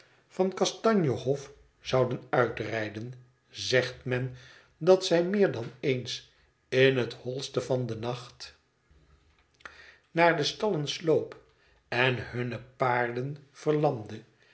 van kastanje hof zouden uitrijden zegt men dat zij meer dan eens in het holste van den nacht r de legende van de geesten wandeling m naar de stallen sloop en hunne paarden